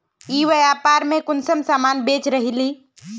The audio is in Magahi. ई व्यापार में कुंसम सामान बेच रहली?